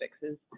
fixes